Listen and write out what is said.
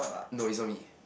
no it's not me